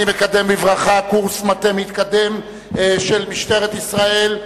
אני מקדם בברכה קורס מטה מתקדם של משטרת ישראל,